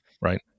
right